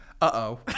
Uh-oh